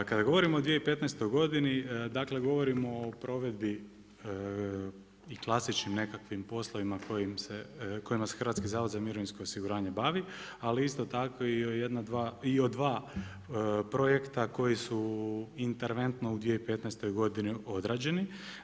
Kada govorimo o 2015. godini, govorimo o provedbi i klasičnim nekakvim poslovima kojima se Hrvatski zavod za mirovinsko osiguranje bavi, ali i isto tako i o dva projekta koji su interventno u 2015. godini odrađeni.